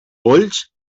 polls